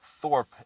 Thorpe